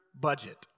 budget